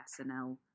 SNL